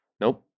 Nope